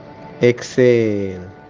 exhale